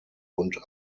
und